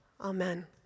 Amen